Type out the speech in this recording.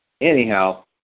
anyhow